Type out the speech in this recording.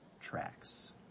tracks